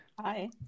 Hi